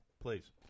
Please